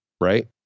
right